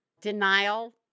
denial